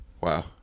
Wow